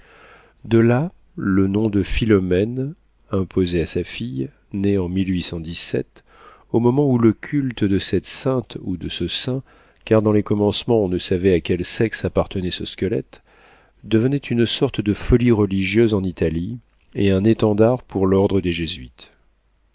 de là le nom de philomène imposé à sa fille née en au moment où le culte de cette sainte ou de ce saint car dans les commencements on ne savait à quel sexe appartenait ce squelette devenait une sorte de folie religieuse en italie et un étendard pour l'ordre des jésuites